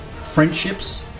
friendships